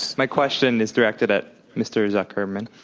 my question is directed at mr. zuckerman.